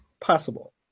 possible